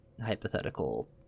hypothetical